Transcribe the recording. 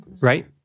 right